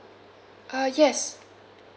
uh yes